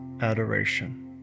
adoration